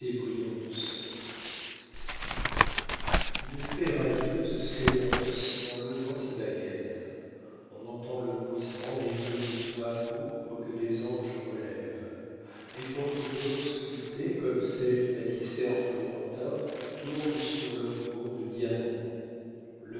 brillantes sœurs une fée radieuse s'élance en levant sa baguette on entend le bruissement des rideaux de soie pourpre que des anges relèvent des portes d'or sculptées comme celles du baptistère florentin tournent sur leurs gonds de diamant